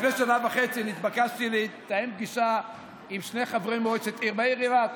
לפני שנה וחצי נתבקשתי לתאם פגישה עם שני חברי מועצת העיר באילת,